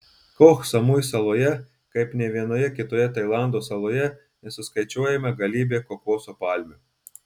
koh samui saloje kaip nė vienoje kitoje tailando saloje nesuskaičiuojama galybė kokoso palmių